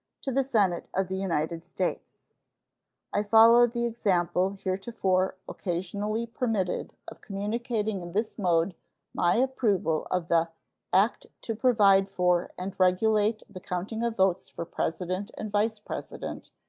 to the senate of the united states i follow the example heretofore occasionally permitted of communicating in this mode my approval of the act to provide for and regulate the counting of votes for president and vice-president,